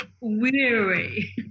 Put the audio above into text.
weary